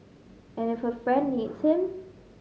and if a friend needs him